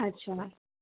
আচ্ছা